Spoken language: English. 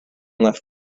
left